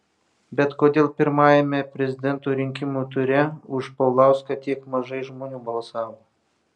bet kodėl pirmajame prezidento rinkimų ture už paulauską tiek mažai žmonių balsavo